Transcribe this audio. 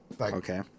Okay